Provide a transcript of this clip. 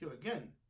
Again